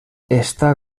està